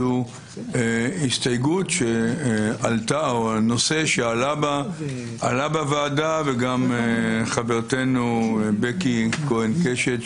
זו הסתייגות שעלתה או הנושא שעלה בה עלה בוועדה וגם חברתנו בקי כהן קשת,